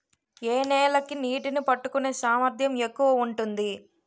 ఏ నేల కి నీటినీ పట్టుకునే సామర్థ్యం ఎక్కువ ఉంటుంది?